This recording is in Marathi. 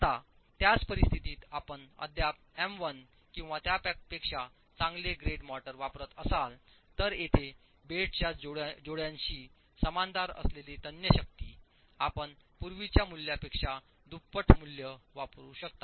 आता त्याच परिस्थितीत आपण अद्याप एम 1 किंवा त्यापेक्षा चांगले ग्रेड मोर्टार वापरत असाल तर येथे बेडच्या जोड्याशी समांतर असलेली तन्य शक्ती आपण पूर्वीच्या मूल्यापेक्षा दुप्पट मूल्य वापरू शकता